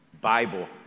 Bible